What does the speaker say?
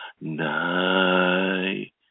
night